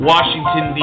Washington